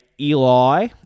Eli